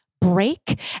break